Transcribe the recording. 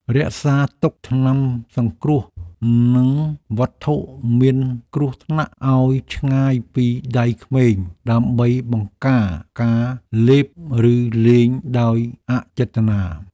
រក្សាទុកថ្នាំសង្គ្រោះនិងវត្ថុមានគ្រោះថ្នាក់ឱ្យឆ្ងាយពីដៃក្មេងដើម្បីបង្ការការលេបឬលេងដោយអចេតនា។